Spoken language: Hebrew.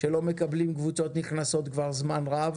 שלא מקבלים קבוצות נכנסות כבר זמן רב.